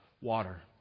water